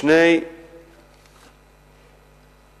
באשר לשני